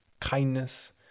kindness